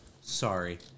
Sorry